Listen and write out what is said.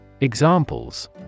Examples